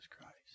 Christ